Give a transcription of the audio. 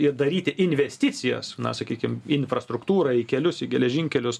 ir daryti investicijas na sakykim į infrastruktūrą į kelius į geležinkelius